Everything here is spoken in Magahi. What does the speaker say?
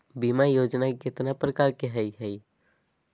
बीमा योजना केतना प्रकार के हई हई?